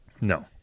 No